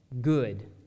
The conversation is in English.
good